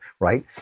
right